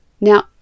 now